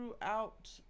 throughout